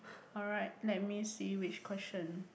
alright let me see which question